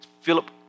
Philip